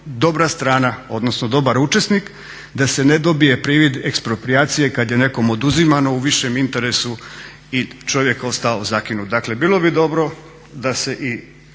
dobra strana, odnosno dobar učesnik, da se ne dobije privid eksproprijacije kad je nekom oduzimano u višem interesu i čovjek ostao zakinut. Dakle, bilo bi dobro da se i